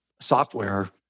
software